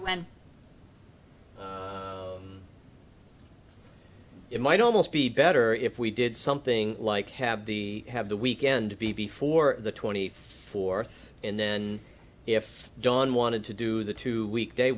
when it might almost be better if we did something like have the have the weekend before the twenty fourth and then if dawn wanted to do the two week day